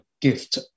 gift